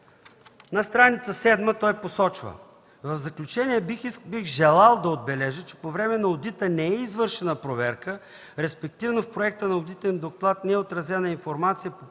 на страница 7 посочва: „В заключение, бих желал да отбележа, че по време на одита не е извършена проверка, респективно в проекта на одитен доклад не е отразена информация по